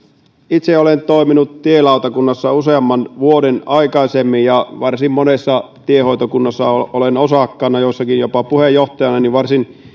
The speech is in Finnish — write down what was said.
itse olen toiminut tielautakunnassa useamman vuoden aikaisemmin ja varsin monessa tiehoitokunnassa olen osakkaana joissakin jopa puheenjohtajana eli varsin